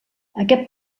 aquest